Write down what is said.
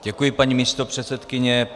Děkuji, paní místopředsedkyně.